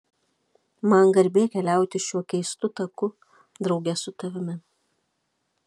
man garbė keliauti šiuo keistu taku drauge su tavimi